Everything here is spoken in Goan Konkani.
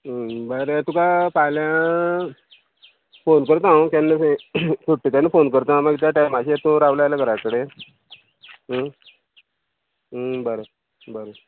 बरें तुका फाल्यां फोन करता हांव केन्ना सुट्टा तेन्ना फोन करता मागीर त्या टायमाचेर रावलें जाल्यार घरा कडे बरें बरें